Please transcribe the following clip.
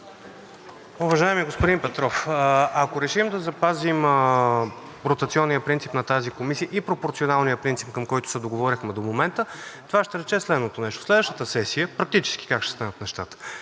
Уважаеми господин Петров, ако решим да запазим ротационния принцип на тази комисия и пропорционалния принцип, към който се договорихме до момента, това ще рече следното нещо, практически как ще станат нещата.